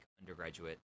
undergraduate